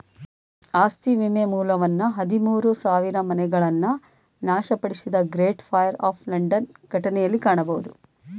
ಆಸ್ತಿ ವಿಮೆ ಮೂಲವನ್ನ ಹದಿಮೂರು ಸಾವಿರಮನೆಗಳನ್ನ ನಾಶಪಡಿಸಿದ ಗ್ರೇಟ್ ಫೈರ್ ಆಫ್ ಲಂಡನ್ ಘಟನೆಯಲ್ಲಿ ಕಾಣಬಹುದು